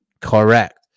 Correct